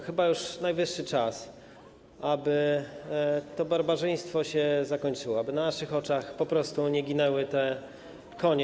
Chyba już najwyższy czas, aby to barbarzyństwo się zakończyło, aby na naszych oczach po prostu nie ginęły konie.